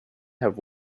have